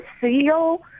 seal